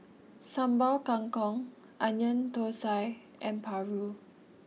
Sambal Kangkong Onion Thosai and Paru